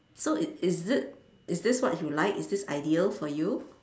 so is it is this what you like is this ideal for you